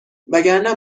وگرنه